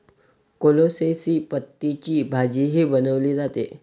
कोलोसेसी पतींची भाजीही बनवली जाते